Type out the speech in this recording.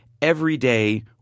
everyday